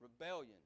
rebellion